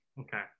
Okay